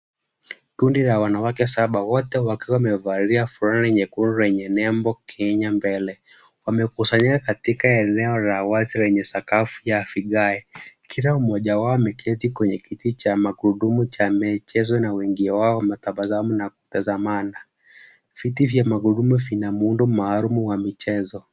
Kundi la wanawake saba, wote wakiwa wamevalia fulana nyekundu lenye nembo, Kenya Mbele, wamekusanyika katika eneo la wazi lenye sakafu ya vigae, kila mmoja wao ameketi kwenye kiti cha magurudumu cha michezo na wengi wao wametabasamu na kutazamana, viti vya magurudumu vina muundo maalum wa michezo.